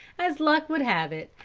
as luck would have it,